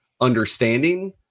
understanding